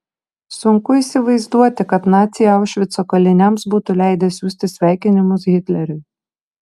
sunku įsivaizduoti kad naciai aušvico kaliniams būtų leidę siųsti sveikinimus hitleriui